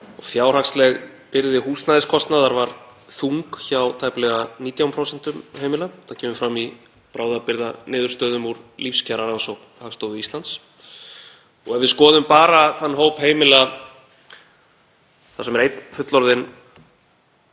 Fjárhagsleg byrði húsnæðiskostnaðar var þung hjá tæplega 19% heimila. Þetta kemur fram í bráðabirgðaniðurstöðum úr lífskjararannsókn Hagstofu Íslands. Ef við skoðum bara þau heimili þar sem er einn fullorðinn